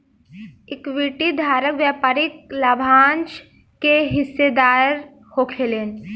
equity धारक व्यापारिक लाभांश के हिस्सेदार होखेलेन